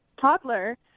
Toddler